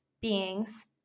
beings